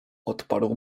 odparł